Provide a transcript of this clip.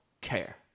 care